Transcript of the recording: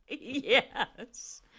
Yes